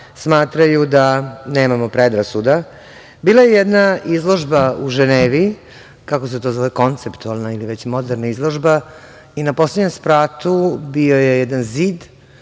smatraju da nemamo predrasuda. Bila je jedna izložba u Ženevi, kako se to zove, konceptualna ili već moderna izložba, i na poslednjem spratu bio je jedan zid,